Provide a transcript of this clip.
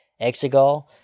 exegol